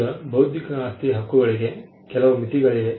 ಈಗ ಬೌದ್ಧಿಕ ಆಸ್ತಿಯ ಹಕ್ಕುಗಳಿಗೆ ಕೆಲವು ಮಿತಿಗಳಿವೆ